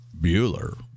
Bueller